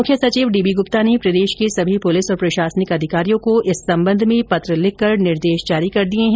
मुख्य सचिव D B Gupta ने प्रदेश के सभी पुलिस और प्रशासनिक अधिकारियों को इस संबंध में पत्र लिखकर निर्देश जारी कर दिए है